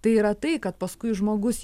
tai yra tai kad paskui žmogus